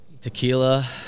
Tequila